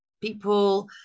people